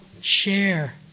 share